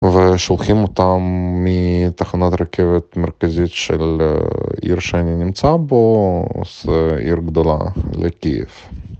ושולחים אותם מתחנת רכבת מרכזית של עיר שאני נמצא בו, זה עיר גדולה, לקייב.